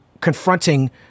confronting